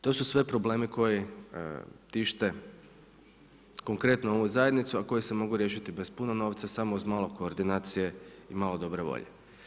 To su sve problemi koji tište konkretno ovu zajednicu, a koji se mogu riješiti bez puno novca, samo uz malo koordinacije i malo dobre volje.